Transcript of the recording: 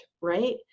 right